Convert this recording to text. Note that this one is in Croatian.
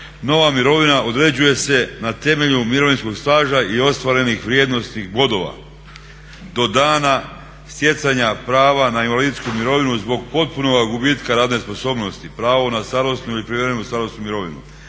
nova mirovina određuje se na temelju mirovinskog staža i ostvarenih vrijednosnih bodova do dana stjecanja prava na invalidsku mirovinu zbog potpunog gubitka radne sposobnosti pravo na starosnu ili prijevremenu starosnu mirovinu.